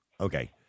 Okay